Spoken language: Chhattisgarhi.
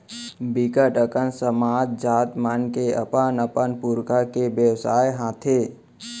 बिकट अकन समाज, जात मन के अपन अपन पुरखा के बेवसाय हाथे